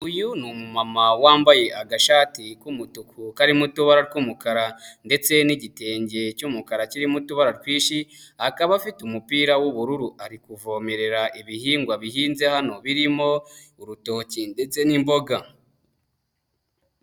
Uyu ni umumama wambaye agashati k'umutuku karimo utubara tw'umukara ndetse n'igitenge cy'umukara kirimo utubara twinshi, akaba afite umupira w'ubururu ari kuvomerera ibihingwa bihinze hano, birimo urutoki ndetse n'imboga.